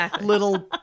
little